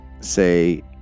say